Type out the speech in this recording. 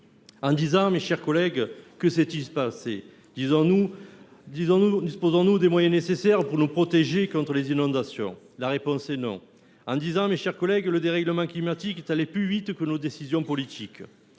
En dix ans, mes chers collègues, que s’est il passé ? Disposons nous des moyens nécessaires pour nous protéger contre les inondations ? La réponse est non ! En dix ans, mes chers collègues, le dérèglement climatique est allé plus vite que nos décisions politiques.